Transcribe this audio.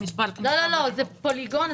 זה פוליגון,